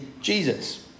Jesus